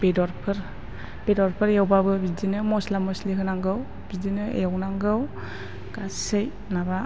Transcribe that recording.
बेदरफोर बेदरफोर एवबाबो बिदिनो मस्ला मस्लि होनांगौ बिदिनो एवनांगौ गासै माबा